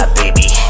baby